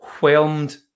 whelmed